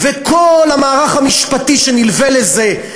וכל המערך המשפטי שנלווה לזה,